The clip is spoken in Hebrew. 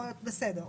בסדר.